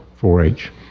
4-H